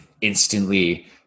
instantly